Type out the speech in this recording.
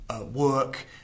work